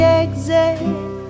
exit